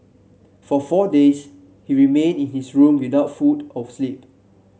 for four days he remained in his room without food or sleep